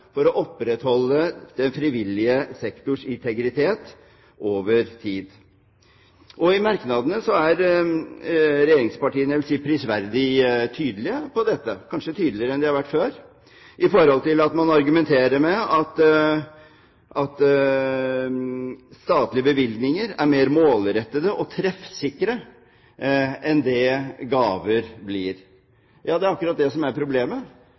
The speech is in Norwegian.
regjeringspartiene – jeg vil si – prisverdig tydelige på dette, kanskje tydeligere enn de har vært før, når man argumenterer med at statlige bevilgninger er mer målrettede og treffsikre enn det gaver blir. Ja, det er akkurat det som er problemet